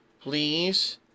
Please